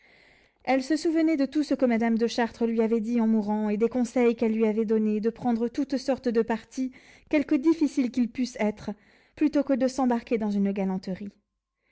elle se souvenait de tout ce que madame de chartres lui avait dit en mourant et des conseils qu'elle lui avait donnés de prendre toutes sortes de partis quelque difficiles qu'ils pussent être plutôt que de s'embarquer dans une galanterie